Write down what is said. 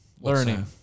Learning